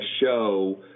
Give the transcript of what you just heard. show